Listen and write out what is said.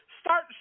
start